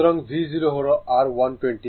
সুতরাং V0 হল r 120